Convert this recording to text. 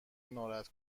ناراحت